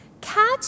Catch